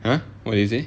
!huh! what do you say